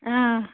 آ